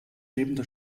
lebende